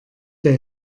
der